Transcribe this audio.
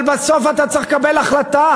אבל בסוף אתה צריך לקבל החלטה,